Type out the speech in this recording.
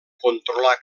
controlar